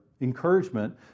encouragement